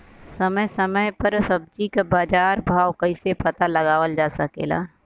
समय समय समय पर सब्जी क बाजार भाव कइसे पता लगावल जा सकेला?